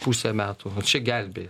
pusę metų ar čia gelbėja